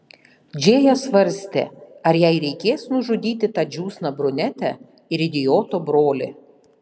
džėja svarstė ar jai reikės nužudyti tą džiūsną brunetę ir idioto brolį